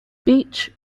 beach